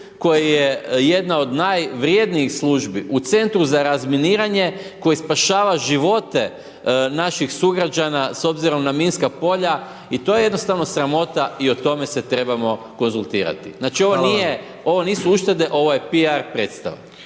koja je jedna od najvrjednijih službi u centru za razminiranje, koji spašava živote naših sugrađana s obzirom na minska polja i to je jednostavno sramota i o tome se trebamo konzultirati. Ovo nije, ovo nisu uštede, ovo je P.R. predstava.